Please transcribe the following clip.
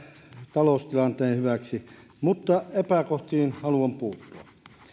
taloustilanteen hyväksi mutta epäkohtiin haluan puuttua